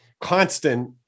constant